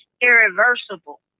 irreversible